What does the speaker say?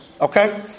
Okay